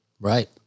Right